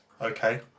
Okay